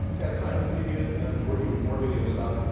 as time continues and i'm working with more video stuff,